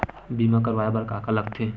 बीमा करवाय बर का का लगथे?